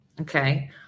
Okay